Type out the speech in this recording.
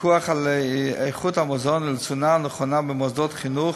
לפיקוח על איכות המזון ולתזונה נכונה במוסדות חינוך,